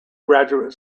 graduate